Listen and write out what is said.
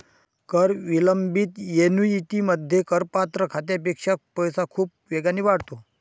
कर विलंबित ऍन्युइटीमध्ये, करपात्र खात्यापेक्षा पैसा खूप वेगाने वाढतो